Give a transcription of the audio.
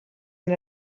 and